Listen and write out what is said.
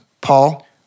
Paul